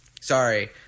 Sorry